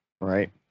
right